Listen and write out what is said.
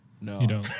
No